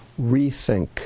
rethink